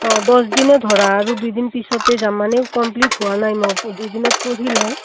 অঁ দছদিনে ধৰা আৰু দুইদিন পিছতে যাম মানে কমপ্লিট হোৱা নাই মই দুদিনত পঢ়ি লও